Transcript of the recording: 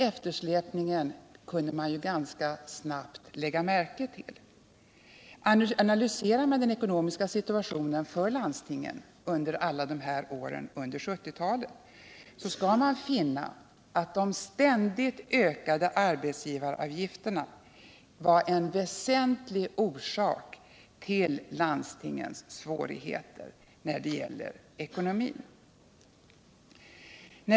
Eftersläpningen kunde man ju ganska snabbt lägga märke till. Analyserar man den ekonomiska situationen för landstingen under alla åren under 1970-talet skall man finna att de ständigt ökade arbetsgivaravgifterna var en väsentlig orsak till landstingens svårigheter när det gäller ekonomin.